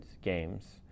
games